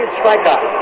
strikeout